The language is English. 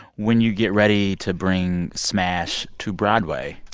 when you get ready to bring smash to broadway,